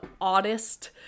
oddest